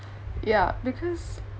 ya because